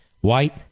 White